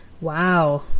wow